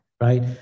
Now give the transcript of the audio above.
right